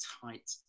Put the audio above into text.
tight